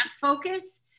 focus